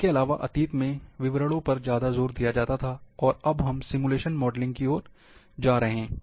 इसके अलावा अतीत में विवरणों पर ज़्यादा ज़ोर दिया जाता था और अब यह सिमुलेशन मॉडलिंग की ओर जा रहा है